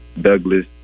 Douglas